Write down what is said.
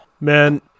man